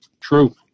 True